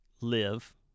live